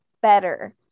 better